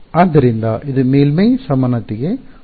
ಆದ್ದರಿಂದ ಇದು ಮೇಲ್ಮೈ ಸಮಾನತೆಗೆ ಒಂದು ಉತ್ತಮ ಉದಾಹರಣೆಯಾಗಿದೆ